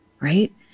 right